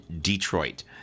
Detroit